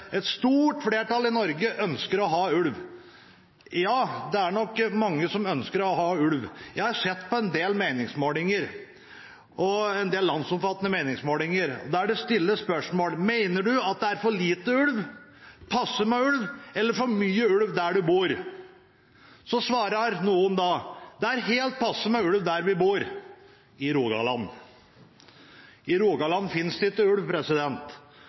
et stort flertall i Norge ønsker å ha ulv. Ja, det er nok mange som ønsker å ha ulv. Jeg har sett på en del landsomfattende meningsmålinger der det stilles spørsmålet: Mener du at det er for lite ulv, passe med ulv eller for mye ulv der du bor? Da svarer noen: Det er helt passe med ulv der vi bor – i Rogaland. I Rogaland finnes det ikke ulv,